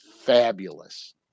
fabulous